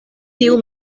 tiu